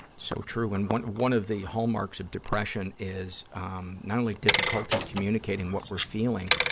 so true, and one one of the hallmarks of depression is um not only difficulty communicating what we're feeling,